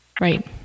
Right